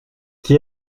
qui